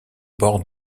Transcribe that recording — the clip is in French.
bord